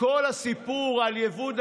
כל הסיפור על יבוא דגים,